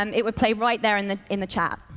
um it would play right there in the in the chat.